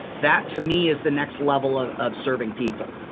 that to me is the next level of of serving people.